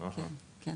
כן.